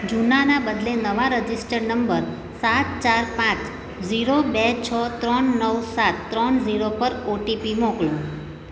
જૂનાના બદલે નવા registered number સાત ચાર પાંચ ઝીરો બે છ ત્રણ નવ સાત ત્રણ ઝીરો પર ઓટીપી મોકલો